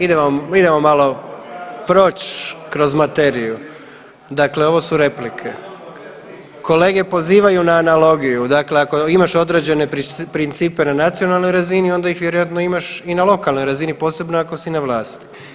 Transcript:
Idemo, idemo malo proć kroz materiju, dakle ovo su replike, kolege pozivaju na analogiju, dakle ako imaš određene principe na nacionalnoj razini onda ih vjerojatno imaš i na lokalnoj razini, posebno ako si na vlasti.